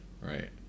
right